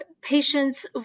patients